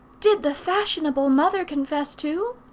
did the fashionable mother confess too?